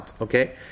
Okay